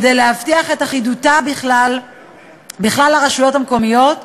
כדי להבטיח את אחידותה בכלל הרשויות המקומיות,